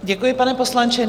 Děkuji, pane poslanče.